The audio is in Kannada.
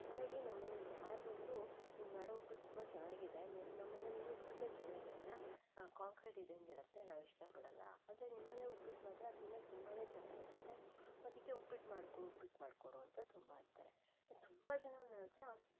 ಹಾಗಾಗಿ ನಮ್ಮ ಮನೆಗೆ ಯಾರು ಬಂದರೂ ನೀನು ಮಾಡೋ ಉಪ್ಪಿಟ್ಟು ತುಂಬ ಚೆನ್ನಾಗಿದೆ ನೀ ನಮ್ಮನೇಲೆಲ್ಲ ಉಪ್ಪಿಟ್ಟೇ ಚೆನ್ನಾಗಿರಲ್ಲ ಕಾಂಕ್ರೀಟ್ ಇದ್ದಂಗಿರುತ್ತೆ ನಾವು ಇಷ್ಟಪಡಲ್ಲ ಆದರೆ ನಿಮ್ಮನೆ ಉಪ್ಪಿಟ್ಟು ಮಾತ್ರ ತಿನ್ನೋಕ್ಕೆ ತುಂಬನೇ ಚೆನ್ನಾಗಿರುತ್ತೆ ಅದಕ್ಕೆ ಉಪ್ಪಿಟ್ಟು ಮಾಡ್ಕೊಡು ಉಪ್ಪಿಟ್ಟು ಮಾಡ್ಕೊಡು ಅಂತ ತುಂಬ ಅಂತಾರೆ ಮತ್ತೆ ತುಂಬ ಜನ ನನ್ನ ಹತ್ರ